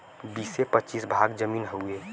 बीसे पचीस भाग जमीन हउवे